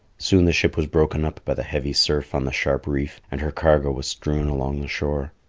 soon the ship was broken up by the heavy surf on the sharp reef, and her cargo was strewn along the shore.